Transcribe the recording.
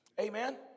Amen